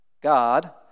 God